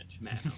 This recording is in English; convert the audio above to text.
man